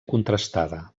contrastada